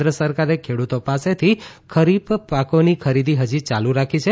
કેન્દ્ર સરકારે ખેડુતો પાસેથી ખરીફ પાકોની ખરીદી હજી ચાલુ રાખી છે